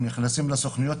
הם נכנסים לסוכנויות,